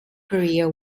career